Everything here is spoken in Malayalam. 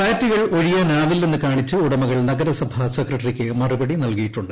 ഫ്ളാറ്റുകൾ ഒഴിയാനാവില്ലെന്ന് കാണിച്ച് ഉടമകൾ നഗരസഭാ സെക്കടവിക്ക് മറുപടി നൽകിന്നിടുണ്ട്